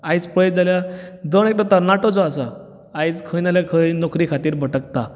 आयज पळयत जाल्यार दर एकलो तरणाटो जो आसा आयज खंय नाजाल्यार खंय नोकरे खातीर भटकता